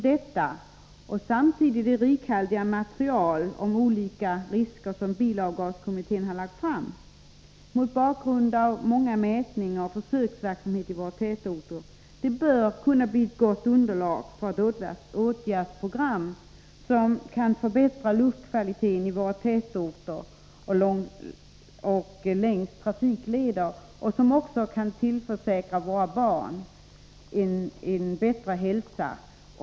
Detta — tillsammans med det rikhaltiga material om olika risker som bilavgaskommittén lagt fram mot bakgrund av många mätningar och försöksverksamhet i våra tätorter — bör kunna bli ett gott underlag för ett åtgärdsprogram för att förbättra luftkvaliteten i våra tätorter och längs våra trafikleder, ett åtgärdsprogram som också kan tillförsäkra våra barn en bättre hälsa.